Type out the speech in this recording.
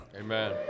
Amen